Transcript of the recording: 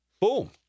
Boom